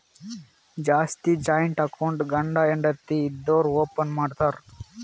ಜಾಸ್ತಿ joint account ಗಂಡ ಹೆಂಡತಿ ಇದ್ದೋರು ಓಪನ್ ಮಾಡ್ತಾರ್